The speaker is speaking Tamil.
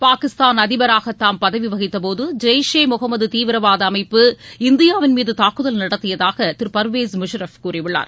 பாகிஸ்தான் அதிபராக தாம் பதவி வகித்தபோது ஜெய்ஷே ஈ முகமது தீவிரவாத அமைப்பு இந்தியாவின் மீது தாக்குதல் நடத்தியதாக திரு பர்வேஸ் முஷாரப் கூறியுள்ளார்